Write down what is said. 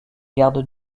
gardes